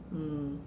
mm